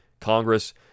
Congress